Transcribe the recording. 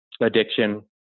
addiction